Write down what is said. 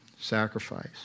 sacrifice